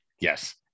Yes